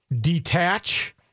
detach